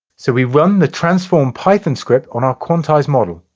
so we run the transform python script on our quantized model.